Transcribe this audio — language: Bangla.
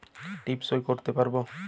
টিপ সই করতে পারবো?